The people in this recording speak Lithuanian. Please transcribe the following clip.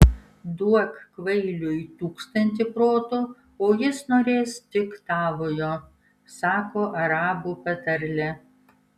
duok kvailiui tūkstantį protų o jis norės tik tavojo sako arabų patarlė